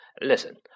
Listen